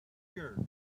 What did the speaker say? year